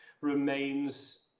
remains